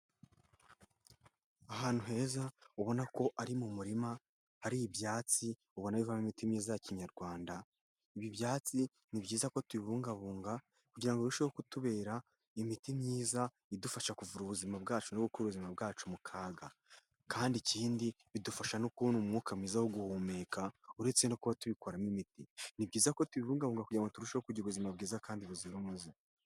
Ahantu heza ubona ko ari mu murima, hari ibyatsi ubona bivamo imiti myiza ya Kinyarwanda, ibi byatsi ni byiza ko tubibungabunga kugira ngo birusheho kutubera imiti myiza idufasha kuvura ubuzima bwacu no gukura ubuzima bwacu mu kaga, kandi ikindi bidufasha no kubona umwuka mwiza wo guhumeka uretse no kuba tubikoramo imiti, ni byiza ko tubibungabunga kugira ngo turusheho kugira ubuzima bwiza kandi buzira umuze.